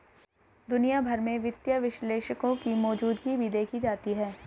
दुनिया भर में वित्तीय विश्लेषकों की मौजूदगी भी देखी जाती है